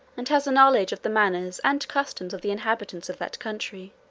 and has a knowledge of the manners and customs of the inhabitants of that country.